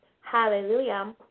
hallelujah